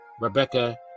Rebecca